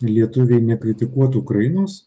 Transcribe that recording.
lietuviai nekritikuotų ukrainos